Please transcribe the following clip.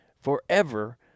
forever